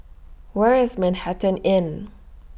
Where IS Manhattan Inn